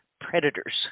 predators